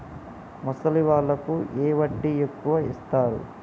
ముసలి వాళ్ళకు ఏ వడ్డీ ఎక్కువ ఇస్తారు?